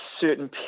certain